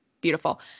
beautiful